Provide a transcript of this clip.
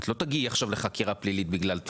את לא תגיעי עכשיו לחקירה פלילית בגלל טווח אזהרה.